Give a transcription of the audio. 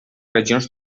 regions